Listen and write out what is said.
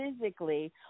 physically